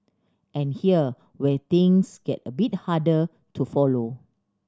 and here where things get a bit harder to follow